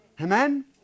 Amen